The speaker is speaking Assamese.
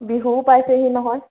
বিহুও পাইছেহি নহয়